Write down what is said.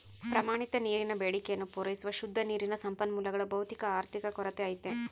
ಪ್ರಮಾಣಿತ ನೀರಿನ ಬೇಡಿಕೆಯನ್ನು ಪೂರೈಸುವ ಶುದ್ಧ ನೀರಿನ ಸಂಪನ್ಮೂಲಗಳ ಭೌತಿಕ ಆರ್ಥಿಕ ಕೊರತೆ ಐತೆ